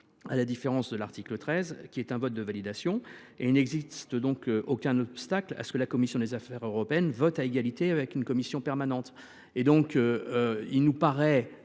le vote prévu par l’article 13 est un vote de validation. Il n’existe donc aucun obstacle à ce que la commission des affaires européennes vote à égalité avec une commission permanente. Il nous paraît